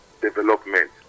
development